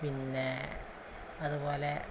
പിന്നെ അതുപോലെ